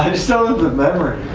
so the memory.